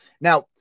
now